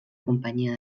companyia